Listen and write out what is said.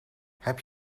heb